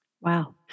Wow